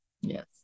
Yes